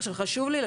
ענית לי?